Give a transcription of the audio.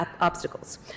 obstacles